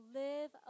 live